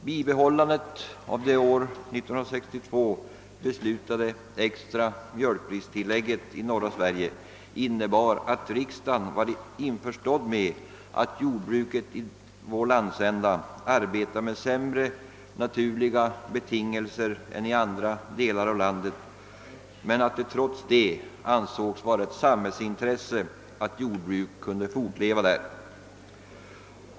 Bibehållandet av det år 1962 beslutade mjölkpristillägget i norra Sverige innebar att riksdagen var införstådd med att jordbruket i vår landsända arbetar med sämre naturliga betingelser än i andra delar av landet men att det trots detta ansågs vara ett samhällsintresse att jordbruk kunde fortleva där.